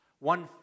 One